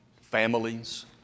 families